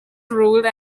rule